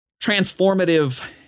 transformative